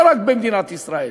לא רק במדינת ישראל,